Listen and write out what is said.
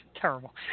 Terrible